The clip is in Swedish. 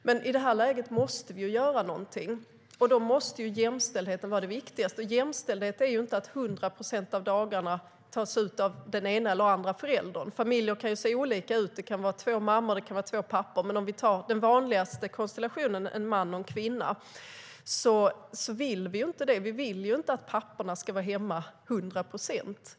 Men i det här läget måste vi göra någonting, och då måste jämställdheten vara det viktigaste. Jämställdhet är inte att 100 procent av dagarna tas ut av den ena eller den andra föräldern. Familjer kan se olika ut. Det kan vara två mammor. Det kan vara två pappor. Men vi kan ta den vanligaste konstellationen: en man och en kvinna. Vi vill inte att papporna ska vara hemma 100 procent.